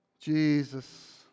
Jesus